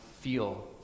feel